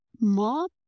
mom